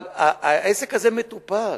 העסק הזה מטופל.